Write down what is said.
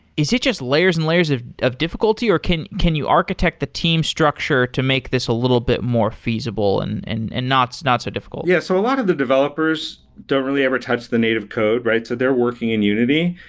is it just layers and layers of of difficulty or can can you architect the team structure to make this a little bit more feasible and and and not not so difficult? yeah. so a lot of the developers don't really ever touch the native code, rights? so they're their working in unity,